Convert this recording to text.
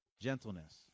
gentleness